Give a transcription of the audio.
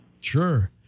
Sure